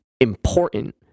important